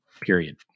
period